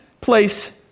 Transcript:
place